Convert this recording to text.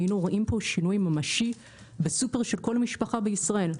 היינו רואים פה שינוי ממשי בסופר של כל משפחה בישראל.